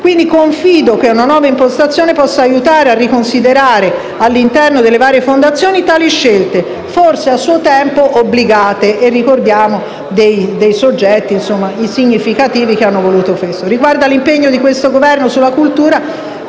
Confido che una nuova impostazione possa aiutare a riconsiderare all'interno delle varie fondazioni tali scelte, forse a suo tempo obbligate, e ricordiamo dei soggetti significativi che lo hanno voluto. Riguardo all'impegno del Governo sulla cultura,